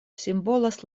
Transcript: simbolas